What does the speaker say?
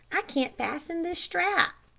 i can't fasten this strap.